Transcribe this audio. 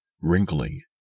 wrinkling